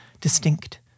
distinct